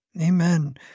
Amen